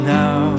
now